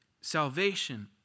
Salvation